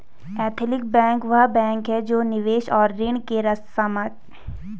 ethical bank वह bank है जो निवेश और ऋण के सामाजिक और पर्यावरणीय प्रभावों से संबंधित है